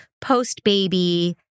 post-baby